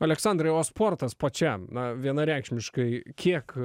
aleksandrai o sportas pačiam na vienareikšmiškai kiek